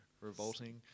revolting